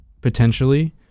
potentially